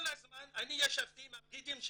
כל הזמן ישבתי עם הפקידים שלך,